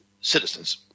citizens